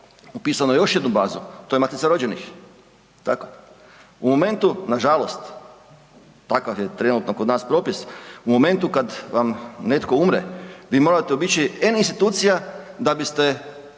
upisano u još jednu bazu, to je Matica rođenih, jel tako? U momentu nažalost takav je trenutno kod nas propis, u momentu kada vam netko umre vi morate obići N institucija da biste